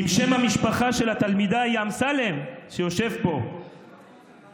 אם שם המשפחה של התלמידה אמסלם, שיושב פה,